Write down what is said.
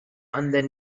அந்த